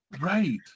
Right